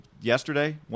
yesterday